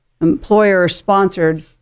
employer-sponsored